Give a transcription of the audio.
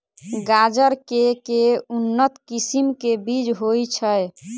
गाजर केँ के उन्नत किसिम केँ बीज होइ छैय?